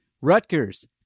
Rutgers